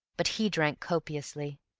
but he drank copiously,